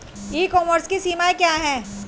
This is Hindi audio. ई कॉमर्स की सीमाएं क्या हैं?